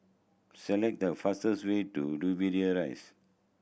select the fastest way to Dobbie Rise